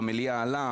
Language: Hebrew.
עלה במליאה,